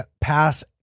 pass